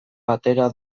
batera